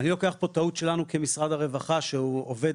לוקח טעות שלנו כמשרד הרווחה שהוא עובד